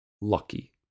lucky